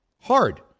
Hard